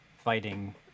Fighting